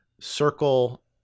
circle